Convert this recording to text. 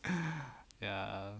ya